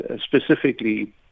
specifically